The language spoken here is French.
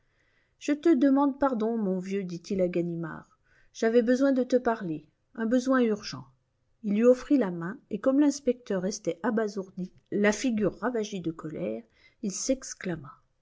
je te demande pardon mon vieux dit-il à ganimard j'avais besoin de te parler un besoin urgent il lui offrit la main et comme l'inspecteur restait abasourdi la figure ravagée de colère il s'exclama